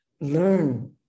learn